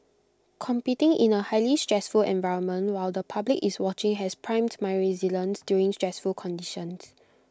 competing in A highly stressful environment while the public is watching has primed my resilience during stressful conditions